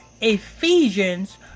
Ephesians